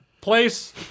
place